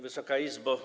Wysoka Izbo!